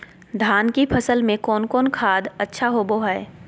धान की फ़सल में कौन कौन खाद अच्छा होबो हाय?